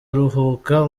ruhuka